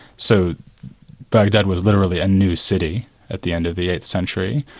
so baghdad was literally a new city at the end of the eighth century,